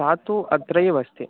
सा तु अत्रैव अस्ति